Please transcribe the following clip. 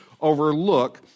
overlook